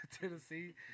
Tennessee